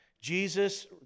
Jesus